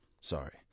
Sorry